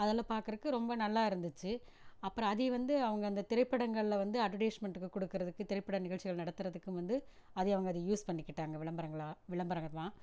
அதில் பார்க்குறக்கு ரொம்ப நல்லாருந்துச்சு அப்பறம் அதையும் வந்து அவங்க அந்த திரைப்படகளில் வந்து அட்வெர்டைஸ்மென்ட்டுக்கு கொடுக்குறதுக்கு திரைப்பட நிகழ்ச்சிகள் நடத்துகிறதுக்கும் வந்து அது அவங்க அது யூஸ் பண்ணிகிட்டாங்க விளம்பரங்களா விளம்பரமா